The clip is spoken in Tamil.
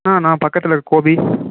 ஆ நான் பக்கத்தில் இருக்க கோபி